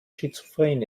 schizophren